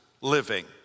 living